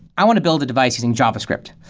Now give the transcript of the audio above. i want to build a device using javascript.